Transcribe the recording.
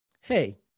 hey